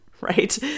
right